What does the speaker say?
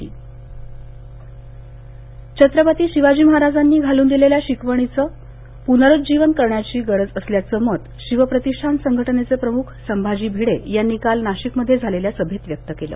संभाजी भिडे छत्रपती शिवाजी महाराजांनी घालून दिलेल्या शिकवणीचं पुनरुज्जीवन करण्याची गरज असल्याचं मत शिवप्रतिष्ठान संघटनेचे प्रमुख संभाजी भिडे ग्रुजी यांनी काल नाशिकमध्ये झालेल्या सभेत व्यक्त केलं